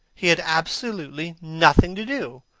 he had absolutely nothing to do,